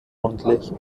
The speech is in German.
rundlich